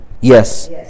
Yes